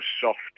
soft